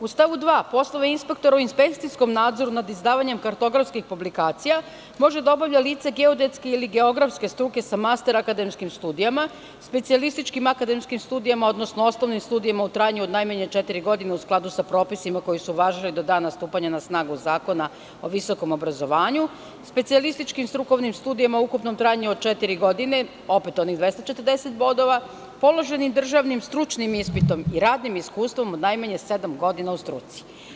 U stavu 2. poslove inspektora u inspekcijskom nadzoru nad izdavanjem kartografskih publikacija može da obavlja lice geodetske ili geografske struke sa masterakademskim studijama, specijalističkim akademskim studijama, odnosno osnovnim studijama u trajanju od najmanje četiri godine u skladu sa propisima koji su važili do dana stupanja na snagu Zakona o visokom obrazovanju, specijalističkim strukovnim studijama u ukupnom trajanju od četiri godine, opet onih 240 bodova, položeni državnim stručnim ispitom i radnim iskustvom od najmanje sedam godina u struci.